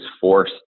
forced